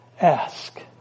Ask